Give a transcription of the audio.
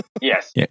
yes